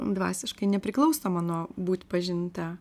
dvasiškai nepriklausoma nuo būt pažinta